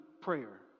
prayer